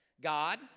God